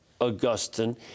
Augustine